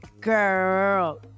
Girl